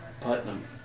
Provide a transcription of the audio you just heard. Putnam